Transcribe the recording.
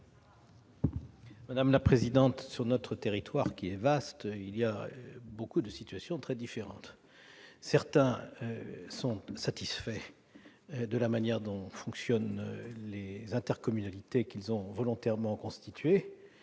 des lois. Sur notre territoire, qui est vaste, les situations peuvent être très différentes. Certains sont satisfaits de la manière dont fonctionnent les intercommunalités qu'ils ont volontairement constituées,